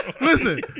listen